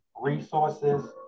resources